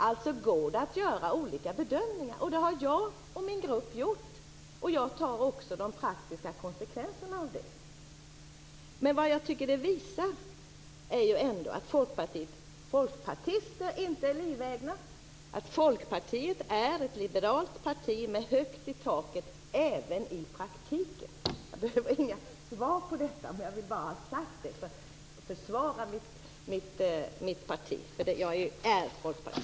Alltså går det att göra olika bedömningar. Det har jag och min grupp gjort, och jag tar också de praktiska konsekvenserna av det. Men vad jag tycker detta visar är att folkpartister inte är livegna, att Folkpartiet är ett liberalt parti med högt i tak även i praktiken. Detta behöver inte bemötas, jag ville bara försvara mitt parti, för jag är folkpartist.